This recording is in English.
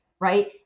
right